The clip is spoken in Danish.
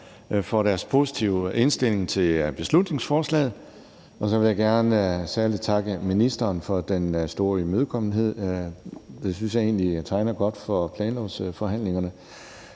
for deres positive indstilling til beslutningsforslaget. Og så vil jeg gerne særlig takke ministeren for den store imødekommenhed. Det synes jeg egentlig tegner godt for planlovsforhandlingerne.